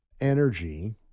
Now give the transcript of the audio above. energy